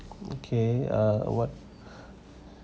okay ah what